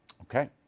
Okay